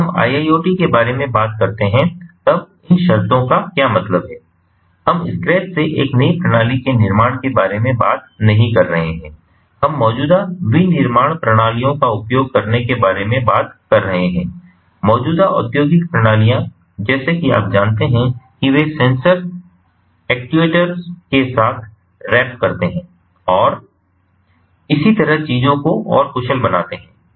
तो जब हम IIoT के बारे में बात करते हैं तब इन शर्तों का क्या मतलब है हम स्क्रैच से एक नई प्रणाली के निर्माण के बारे में बात नहीं कर रहे हैं हम मौजूदा विनिर्माण प्रणालियों का उपयोग करने के बारे में बात कर रहे हैं मौजूदा औद्योगिक प्रणालियां जैसा की आप जानते हैं कि वे सेंसर एक्ट्यूएटर्स के साथ रैप करते हैं और इसी तरह चीजों को और कुशल बनाते हैं